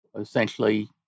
essentially